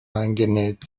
eingenäht